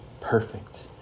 perfect